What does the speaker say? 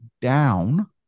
down